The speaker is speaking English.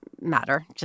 matter